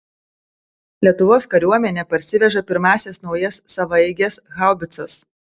lietuvos kariuomenė parsiveža pirmąsias naujas savaeiges haubicas